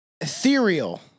ethereal